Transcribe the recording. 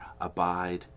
abide